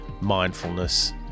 mindfulness